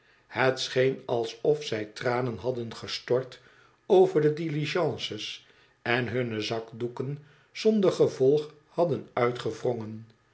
het scheen alsof zij tranen hadden gestort over de diligences en hunne zakdoeken zonder gevolg hadden uitgewrongen